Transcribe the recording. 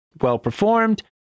well-performed